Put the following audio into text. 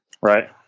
Right